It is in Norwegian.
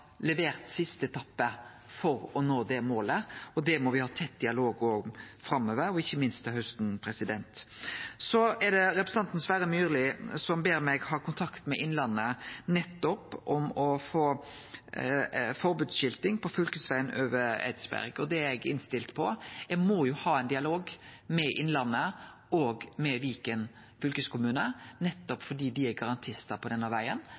levert siste etappe for å nå det målet. Det må me ha tett dialog om òg framover, og ikkje minst til hausten. Så er det representanten Sverre Myrli, som ber meg ha kontakt med Innlandet om å få forbodsskilting på fylkesvegen over Eidsberg. Det er eg innstilt på. Eg må jo ha ein dialog med Innlandet og med Viken fylkeskommune, fordi dei er garantistar på denne vegen.